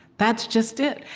that's just it.